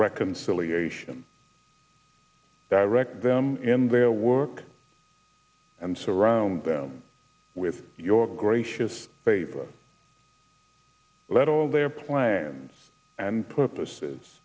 reconciliation direct them in their work and surround them with your gracious favor let all their plans and pu